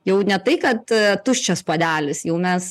jau ne tai kad tuščias puodelis jau mes